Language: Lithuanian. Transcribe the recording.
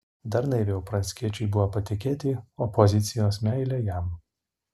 dar naiviau pranckiečiui buvo patikėti opozicijos meile jam